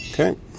Okay